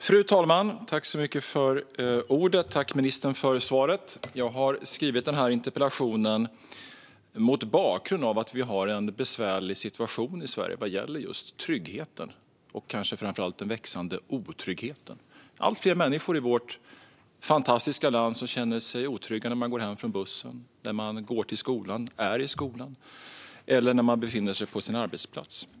Fru talman! Tack, ministern, för svaret! Jag har skrivit interpellationen mot bakgrund av att vi har en besvärlig situation i Sverige vad gäller just tryggheten och kanske framför allt den växande otryggheten. Allt fler människor i vårt fantastiska land känner sig otrygga när de går hem från bussen, när de går till skolan eller är i skolan eller när de befinner sig på sin arbetsplats.